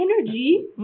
Energy